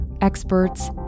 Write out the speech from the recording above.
experts